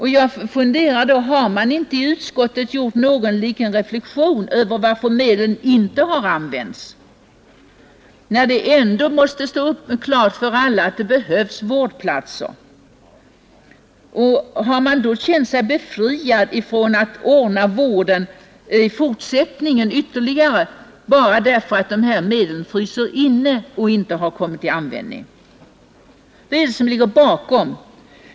Har man i utskottet inte gjort någon liten reflexion över varför medlen inte har använts, när det ändå måste stå klart för alla, att det behövs vårdplatser. Har man då känt sig befriad från att ordna ytterligare vård bara därför att medel frusit inne och inte har kommit till användning? Vad är det som ligger bakom?